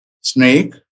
snake